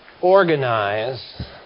organize